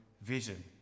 vision